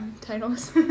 titles